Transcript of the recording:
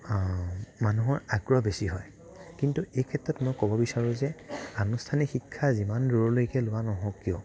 মানুহৰ আগ্ৰহ বেছি হয় কিন্তু মই এইক্ষেত্ৰত মই ক'ব বিচাৰোঁ যে আনুষ্ঠানিক শিক্ষা যিমান দূৰলৈকে লোৱা নহওক কিয়